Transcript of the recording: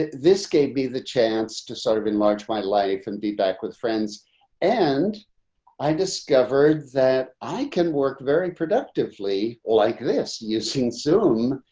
this gave me the chance to sort of enlarge my life and be back with friends and i discovered that i can work very productively or like this. you've seen zoom,